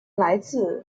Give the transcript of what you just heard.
来自